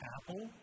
Apple